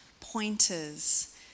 pointers